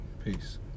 Peace